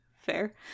Fair